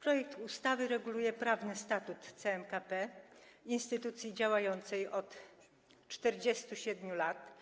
Projekt ustawy reguluje prawny statut CMKP, instytucji działającej od 47 lat,